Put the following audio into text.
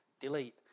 Delete